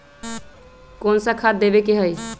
कोन सा खाद देवे के हई?